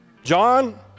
John